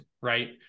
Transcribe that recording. right